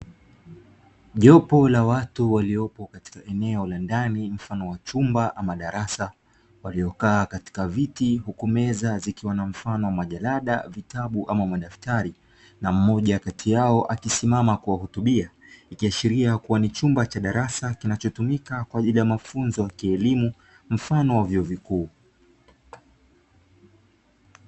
Jopo la watu waliopo katika eneo la ndani mfano wa chumba ama darasa, waliokaa katika viti huku meza zikiwa na mfano wa majalada, vitabu ama madaftari; na mmoja kati yao akisimama kuwahutubia, ikiashiria kuwa ni chumba cha darasa kinachotumika kwa ajili ya mafunzo ya kielimu mfano wa vyuo vikuu.